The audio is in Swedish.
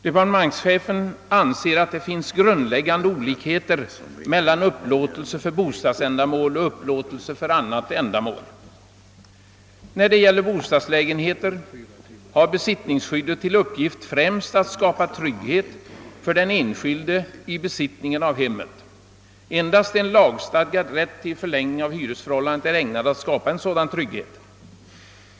Departementschefen anser att det finns »grundläggande olikheter mellan upplåtelse för bostadsändamål och upp låtelse för annat ändamål» och framhåller: »När det gäller bostadslägenheter har besittningsskyddet till uppgift främst att skapa trygghet för den enskilde i besittningen av hemmet. Endast en lagstadgad rätt till förlängning av hyresförhållandet är ägnad att skapa en sådan trygghet.